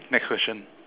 next question